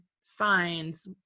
signs